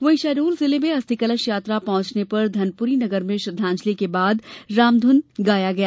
वहीं शहडोल जिले में अस्थि कलश यात्रा पहुंचने पर धनपुरी नगर में श्रद्धांजलि के बाद रामधुन गाई गई